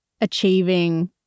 achieving